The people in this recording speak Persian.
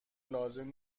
لازم